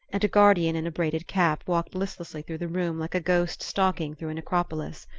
and a guardian in a braided cap walked listlessly through the room like a ghost stalking through a necropolis.